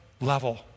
level